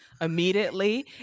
immediately